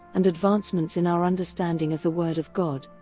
and advancements in our understanding of the word of god.